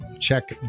check